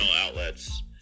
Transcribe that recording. outlets